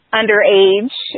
underage